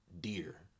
deer